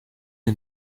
and